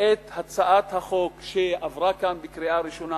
את הצעת החוק שעברה כאן בקריאה ראשונה